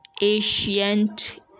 ancient